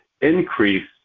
increase